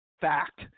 Fact